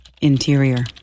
interior